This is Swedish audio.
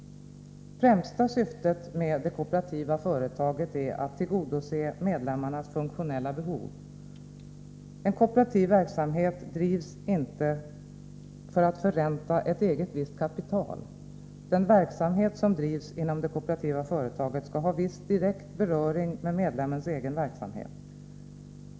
Främsta syftet med det kooperativa företaget är att tillgodose medlemmarnas funktionella behov. En kooperativ verksamhet bedrivs inte för att förränta ett visst eget kapital. Den verksamhet som bedrivs inom det kooperativa företaget skall ha viss direkt beröring med medlemmens egen verksamhet.